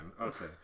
Okay